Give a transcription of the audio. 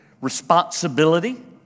responsibility